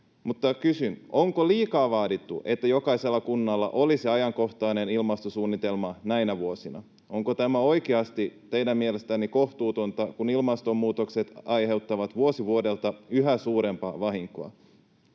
kysyn: Onko liikaa vaadittu, että jokaisella kunnalla olisi ajankohtainen ilmastosuunnitelma näinä vuosina? Onko tämä oikeasti teidän mielestänne kohtuutonta, kun ilmastonmuutos aiheuttaa vuosi vuodelta yhä suurempaa vahinkoa?